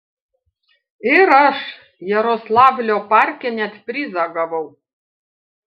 ir aš jaroslavlio parke net prizą gavau